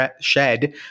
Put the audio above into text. shed